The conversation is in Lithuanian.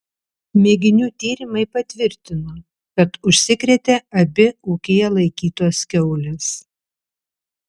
mėginių tyrimai patvirtino kad užsikrėtė abi ūkyje laikytos kiaulės